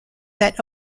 that